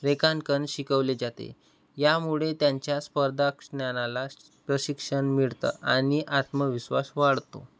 रेखांकन शिकवले जाते यामुळे त्यांच्या स्पर्धा ज्ञानाला प्रशिक्षण मिळतं आणि आत्मविश्वास वाढतो